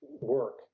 work